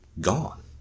gone